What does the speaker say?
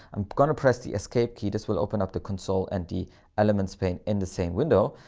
i'm going to press the escape key, this will open up the console and the elements pane in the same window.